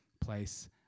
place